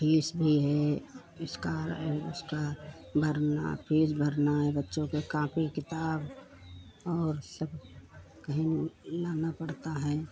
fees भी है उसका उसका भरना फिर भरना बच्चों की कॉपी किताब और सब कही लाना पड़ता है